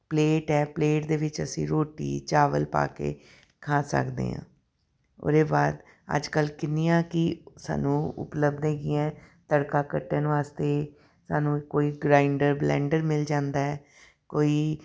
plate ਹੈ plate ਦੇ ਵਿੱਚ ਅਸੀਂ ਰੋਟੀ ਚਾਵਲ ਪਾ ਕੇ ਖਾ ਸਕਦੇ ਹਾਂ ਉਹਦੇ ਬਾਅਦ ਅੱਜ ਕੱਲ੍ਹ ਕਿੰਨੀਆਂ ਕੁ ਸਾਨੂੰ ਉਪਲਬਧ ਹੈਗੀਆਂ ਐ ਤੜਕਾ ਕੱਟਣ ਵਾਸਤੇ ਸਾਨੂੰ ਕੋਈ ਗ੍ਰੈਂਡਰ ਬਲੈਂਡਰ ਮਿਲ ਜਾਂਦਾ ਹੈ ਕੋਈ